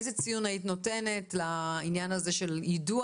איזה ציון היית נונתת לעניין הזה של יידוע